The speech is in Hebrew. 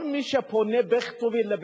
כל מי שפונה בכתובים לבית-משפט,